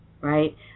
right